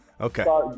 okay